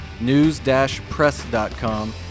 news-press.com